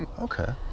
Okay